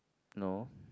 no